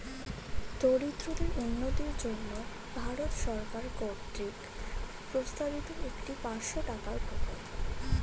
দরিদ্রদের উন্নতির জন্য ভারত সরকার কর্তৃক প্রস্তাবিত একটি পাঁচশো টাকার প্রকল্প